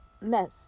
mess